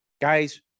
Guys